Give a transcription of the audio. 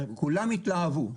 כולם התלהבו.